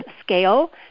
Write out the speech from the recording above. scale